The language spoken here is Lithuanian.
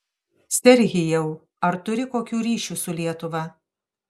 serhijau ar turi kokių ryšių su lietuva